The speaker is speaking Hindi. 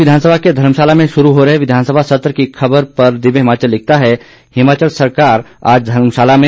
प्रदेश विधानसभा के धर्मशाला में शुरू हो रहे विधानसभा सत्र की खुबर पर दिव्य हिमाचल लिखता है हिमाचल सरकार आज धर्मशाला में